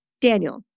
Daniel